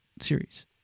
series